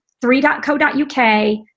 three.co.uk